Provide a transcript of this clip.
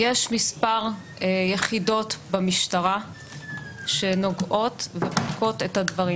יש מספר יחידות במשטרה שנוגעות ובודקות את הדברים.